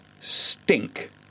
stink